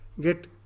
get